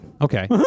Okay